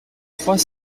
trois